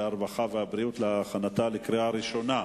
הרווחה והבריאות לשם הכנתה לקריאה ראשונה.